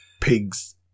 pigs